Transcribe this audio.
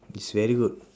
is very good